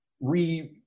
re